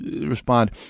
respond